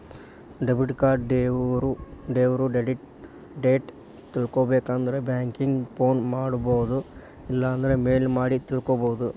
debit card due date ತಿಳ್ಕೊಬೇಕಂದ್ರ banking phone ಮಾಡೊಬೋದು ಇಲ್ಲಾಂದ್ರ ಮೇಲ್ ಮಾಡಿ ತಿಳ್ಕೋಬೋದು